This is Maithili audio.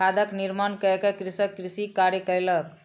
खादक निर्माण कय के कृषक कृषि कार्य कयलक